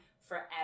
forever